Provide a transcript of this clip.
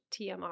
tmr